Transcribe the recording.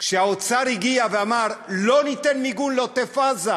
כשהאוצר הגיע ואמר: לא ניתן מיגון לעוטף-עזה,